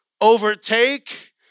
overtake